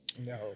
No